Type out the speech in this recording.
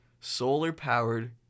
solar-powered